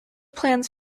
plans